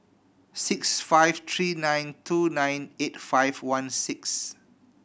six five three nine two nine eight five one six